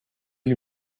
you